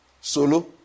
Solo